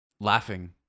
laughing